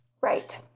Right